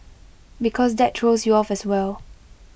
because that throws you off as well